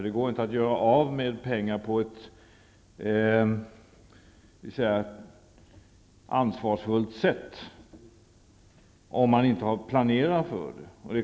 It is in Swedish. Det går inte att göra av med pengar på ett ansvarsfullt sätt om man inte har planerat för det.